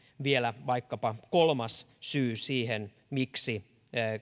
vielä vaikkapa kolmas syy siihen miksi